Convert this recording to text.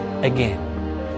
again